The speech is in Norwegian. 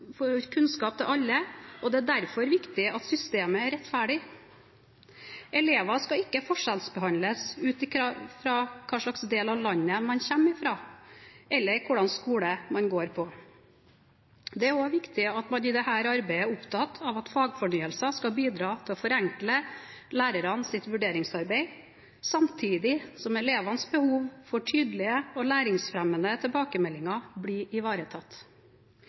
systemet er rettferdig. Elever skal ikke forskjellsbehandles ut fra hvilken del av landet de kommer fra, eller hvilken skole de går på. Det er også viktig at man i dette arbeidet er opptatt av at fagfornyelsen skal bidra til å forenkle lærernes vurderingsarbeid, samtidig som elevenes behov for tydelige og læringsfremmende tilbakemeldinger blir ivaretatt.